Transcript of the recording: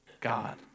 God